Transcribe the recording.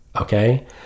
Okay